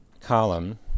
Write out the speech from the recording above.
column